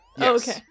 Okay